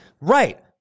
right